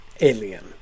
alien